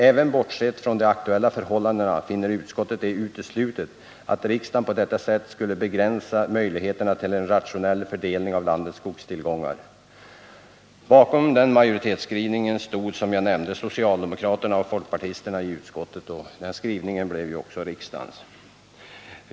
Även bortsett från de aktuella förhållandena finner utskottet det uteslutet att riksdagen på detta sätt skulle begränsa möjligheterna till en rationell fördelning av landets skogstillgångar.” Bakom den skrivningen stod, som jag nämnde, folkpartisterna i utskottet. och den blev också riksdagens.